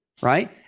right